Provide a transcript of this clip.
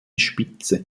spitze